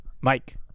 Mike